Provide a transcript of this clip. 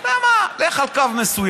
אתה יודע מה, לך על קו מסוים.